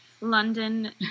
London